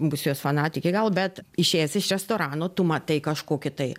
būsiu jos fanatikė gal bet išėjęs iš restorano tu matai kažkokį tai